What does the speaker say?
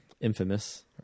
Infamous